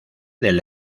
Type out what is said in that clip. del